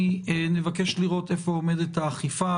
נבקש לראות איפה עומדת האכיפה,